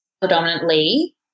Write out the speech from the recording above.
predominantly